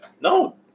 No